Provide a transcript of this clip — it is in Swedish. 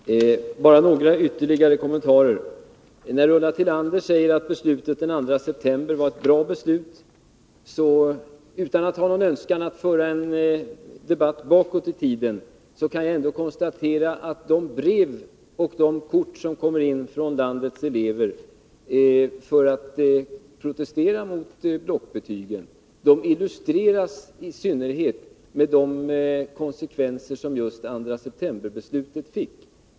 Herr talman! Bara några ytterligare kommentarer. 102 Ulla Tillander säger att beslutet den 2 september var ett bra beslut. Utan att ha någon önskan att föra en debatt bakåt i tiden kan jag ändå konstatera att de brev och kort som kommer från landets elever, vilka protesterar mot blockbetygen, illustrerar i synnerhet de konsekvenser som just 2 septemberbeslutet fick.